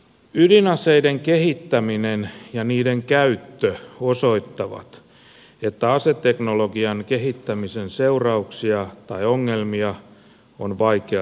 ydinaseiden kehittäminen ja niiden käyttö osoittavat että aseteknologian kehittämisen seurauksia tai ongelmia on vaikea ennakoida